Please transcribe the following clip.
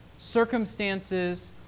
circumstances